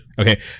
Okay